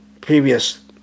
previous